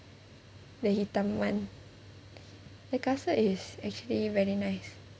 the hitam one the kasut is actually very nice